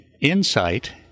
insight